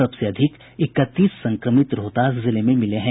सबसे अधिक इकतीस संक्रमित रोहतास जिले में मिले हैं